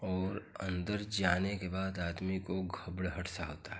और अंदर जाने के बाद आदमी को घबराहट सा होता है